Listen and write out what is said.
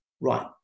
right